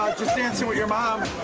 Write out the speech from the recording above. just dancing with your mom.